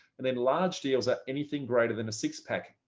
and then large deals at anything greater than a six pack,